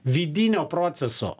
vidinio proceso